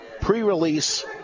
pre-release